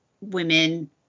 women